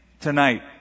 tonight